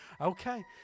Okay